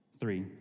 Three